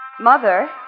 Mother